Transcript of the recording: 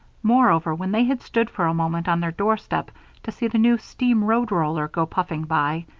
moreover, when they had stood for a moment on their doorstep to see the new steam road-roller go puffing by,